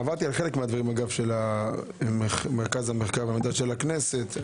עברתי על חלק מהדברים של מרכז המחקר והמידע של הכנסת.